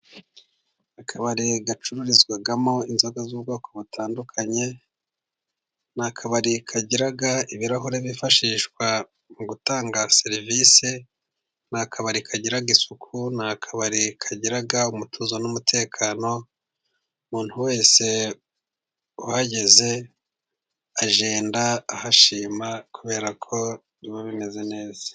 Akabari gacururizwamo inzoga z'ubwoko butandukanye. Ni akabari kagira ibirahuri byifashishwa mu gutanga serivise. Ni akabari kagira isuku, ni akabari kagira umutuzo n'umutekano. Umuntu wese uhageze agenda ahashima kubera ko biba bimeze neza.